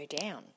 down